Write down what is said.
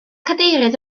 cadeirydd